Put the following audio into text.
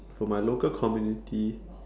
for my local community